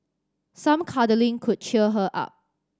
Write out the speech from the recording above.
some cuddling could cheer her up